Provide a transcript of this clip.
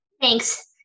thanks